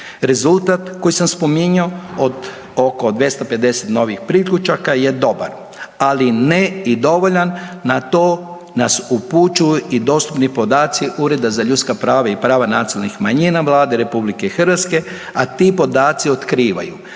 Rezultat koji sam spominjao od oko 250 novih priključaka je dobar, ali ne i dovoljan. Na to nas upućuju i dostupni podaci Ureda za ljudska prava i prava nacionalnih manjina Vlade RH, a ti podaci otkivaju